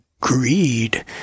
greed